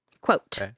Quote